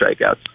strikeouts